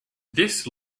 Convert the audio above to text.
this